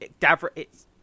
Davros